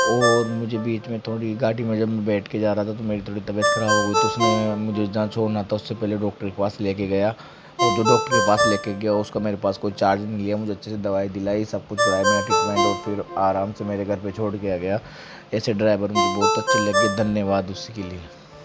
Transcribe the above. और मुझे बीच में थोड़ी गाड़ी में जब मैं बैठ के जा रहा था तो मेरी थोड़ी तबीयत ख़राब हो गई तो उसने मुझे जहाँ छोड़ना था उससे पहले डॉक्टर के पास लेकर गया और जो डॉक्टर के पास लेकर गया उसका मेरे पास कोई चार्ज नहीं लिया मुझे अच्छे से दवाई दिलाई सब कुछ कराया मेरा ट्रीटमेंट और फिर आराम से मेरे घर पर छोड़ कर आ गया ऐसे ड्राइवर मुझे बहुत अच्छे लगे धन्यवाद उसके लिए